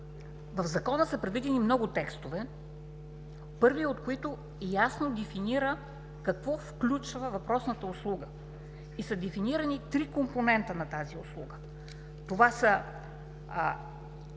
в Закона са предвидени много текстове, първият от които ясно дефинира какво включва въпросната услуга. Дефинирани са три компонента на тази услуга: събирането